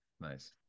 Nice